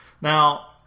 Now